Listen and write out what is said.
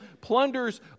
plunders